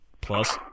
plus